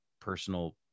personal